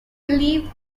believed